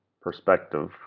perspective